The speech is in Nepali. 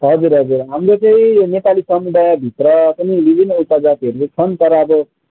हजुर हजुर हाम्रो चाहिँ यो नेपाली समुदायभित्र पनि विभिन्न उपजातिहरू छन् तर अब